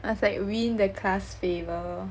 must like win the class favour